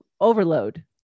Overload